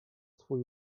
swój